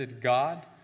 God